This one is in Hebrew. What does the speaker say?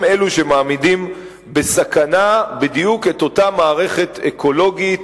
אלו שמעמידים בסכנה בדיוק את אותה מערכת אקולוגית,